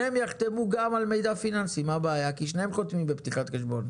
שניהם יחתמו גם על מידע פיננסי כי שניהם חותמים בפתיחת חשבון.